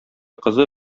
кызы